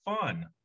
fun